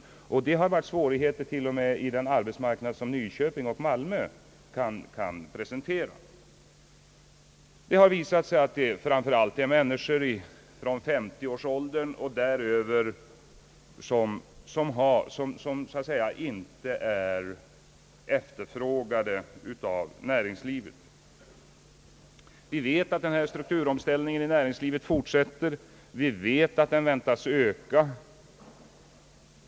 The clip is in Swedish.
Det har varit svårigheter t.o.m. i den arbetsmarknad som Nyköping och Malmö kan presentera. Det har visat sig att det framför allt är människor i en ålder av 50 år och däröver som så att säga inte är efterfrågade av näringslivet. Vi vet att denna strukturomvandling inom näringslivet fortsätter liksom att den kan väntas öka.